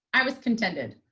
i was contented.